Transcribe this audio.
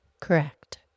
Correct